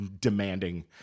demanding